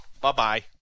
Bye-bye